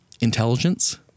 intelligence